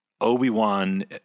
Obi-Wan